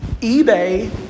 eBay